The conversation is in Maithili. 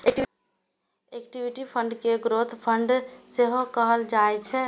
इक्विटी फंड कें ग्रोथ फंड सेहो कहल जाइ छै